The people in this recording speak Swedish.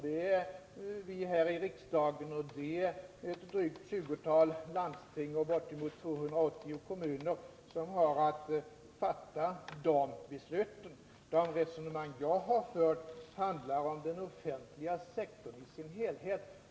Det är vi här i riksdagen samt ett drygt 20-tal landsting och bortemot 280 kommuner som har att fatta besluten. De resonemang jag har fört handlar om den offentliga sektorn i dess helhet.